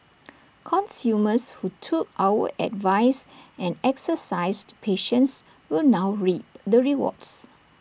consumers who took our advice and exercised patience will now reap the rewards